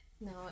No